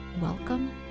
Welcome